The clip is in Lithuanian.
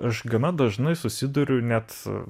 aš gana dažnai susiduriu net